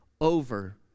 over